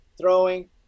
throwing